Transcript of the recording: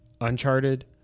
Uncharted